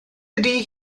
ydy